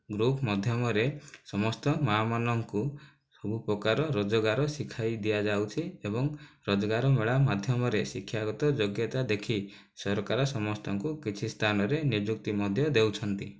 group ମଧ୍ୟମରେ ସମସ୍ତ ମାମାନଙ୍କୁ ସବୁପ୍ରକାର ରୋଜଗାର ଶିଖାଇ ଦିଆଯାଉଛି ଏବଂ ରୋଜଗାର ମେଳା ମାଧ୍ୟମରେ ଶିକ୍ଷାଗତ ଯୋଗ୍ୟତା ଦେଖି ସରକାର ସମସ୍ତଙ୍କୁ କିଛି ସ୍ଥାନରେ ନିଯୁକ୍ତି ମଧ୍ୟ ଦେଉଛନ୍ତି